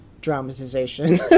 dramatization